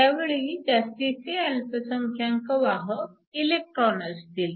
त्यावेळी जास्तीचे अल्पसंख्यांक वाहक इलेक्ट्रॉन असतील